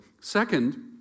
Second